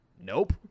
nope